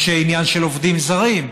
יש עניין של עובדים זרים.